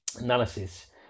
analysis